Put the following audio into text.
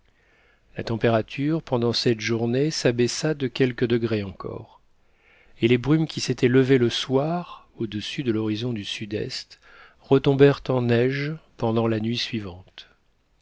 la température pendant cette journée s'abaissa de quelques degrés encore et les brumes qui s'étaient levées le soir audessus de l'horizon du sud-est retombèrent en neige pendant la nuit suivante